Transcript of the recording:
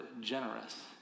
generous